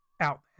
out